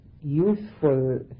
useful